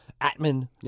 Atman